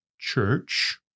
Church